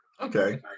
okay